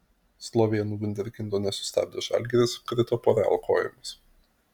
slovėnų vunderkindo nesustabdęs žalgiris krito po real kojomis